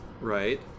right